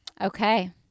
Okay